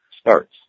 starts